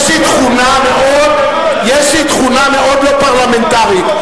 יש לי תכונה מאוד לא פרלמנטרית.